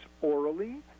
orally